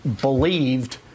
believed